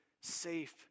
safe